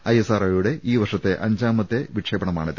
ഐഎസ്ആർഒയുടെ ഈ വർഷത്തെ അഞ്ചാമത്തെ വിക്ഷേപണമാണിത്